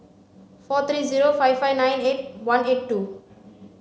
four three zero five five nine eight one eight two